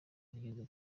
igeze